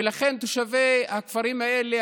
ולכן תושבי הכפרים האלה,